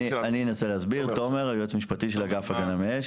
אני תומר, היועץ המשפטי של אגף הגנה מאש.